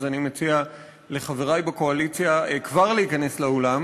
אז אני מציע לחברי בקואליציה כבר להיכנס לאולם.